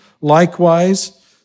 likewise